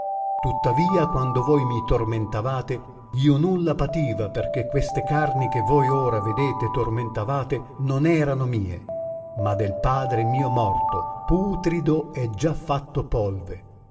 tuttavia quando voi mi tormentavate io nulla pativa perchè queste carni che voi ora vedete e tormentavate non erano mie ma del padre mio morto putrido e già fatto polve